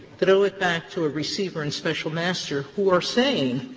throw it back to a receiver and special master who are saying,